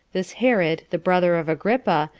this herod, the brother of agrippa,